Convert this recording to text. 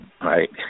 right